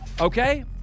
Okay